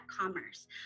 commerce